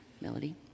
Melody